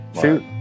Shoot